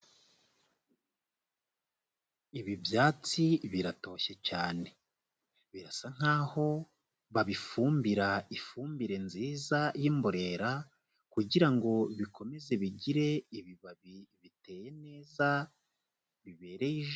Ibi byatsi biratoshye cyane, birasa nk'aho babifumbira ifumbire nziza y'imborera kugira ngo bikomeze bigire ibibabi biteye neza bibereye ijisho.